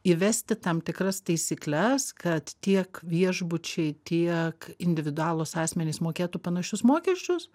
įvesti tam tikras taisykles kad tiek viešbučiai tiek individualūs asmenys mokėtų panašius mokesčius